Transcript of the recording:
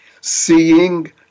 Seeing